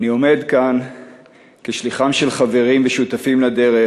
אני עומד כאן כשליחם של חברים ושותפים לדרך